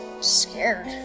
scared